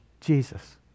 Jesus